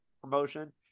promotion